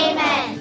Amen